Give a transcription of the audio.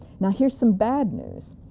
now here's some bad news.